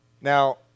Now